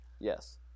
Yes